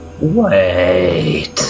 Wait